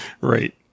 Right